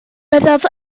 byddaf